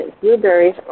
Blueberries